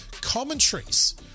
Commentaries